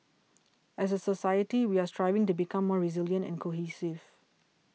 as a society we are striving to become more resilient and cohesive